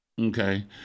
okay